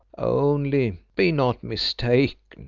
only be not mistaken,